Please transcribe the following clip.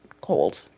cold